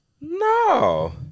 No